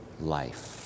life